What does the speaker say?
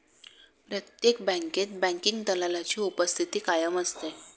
प्रत्येक बँकेत बँकिंग दलालाची उपस्थिती कायम असते